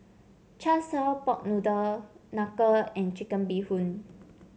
Char Siu pork noodle knuckle and Chicken Bee Hoon